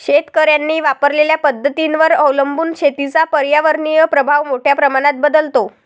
शेतकऱ्यांनी वापरलेल्या पद्धतींवर अवलंबून शेतीचा पर्यावरणीय प्रभाव मोठ्या प्रमाणात बदलतो